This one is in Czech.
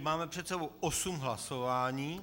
Máme před sebou osm hlasování.